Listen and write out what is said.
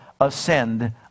ascend